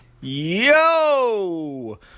yo